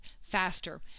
faster